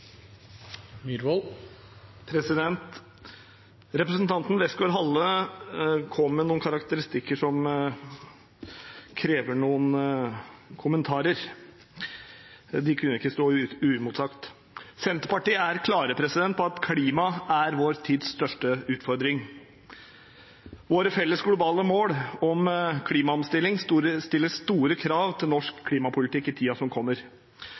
og landbruk. Representanten Westgaard-Halle kom med noen karakteristikker som krever noen kommentarer. De kunne ikke stå uimotsagt. Senterpartiet er klar på at klima er vår tids største utfordring. Våre felles globale mål om klimaomstilling stiller store krav til norsk klimapolitikk i tiden som kommer.